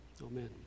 amen